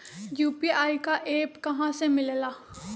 UPI का app कहा से मिलेला?